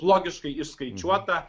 logiškai išskaičiuota